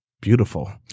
beautiful